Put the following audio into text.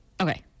Okay